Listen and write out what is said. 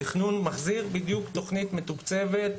התכנון שיהיה הוא תוכנית מתוקצבת,